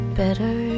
better